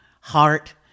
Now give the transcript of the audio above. Heart